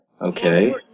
Okay